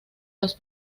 los